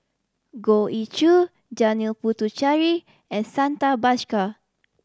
Goh Ee Choo Janil Puthucheary and Santha Bhaskar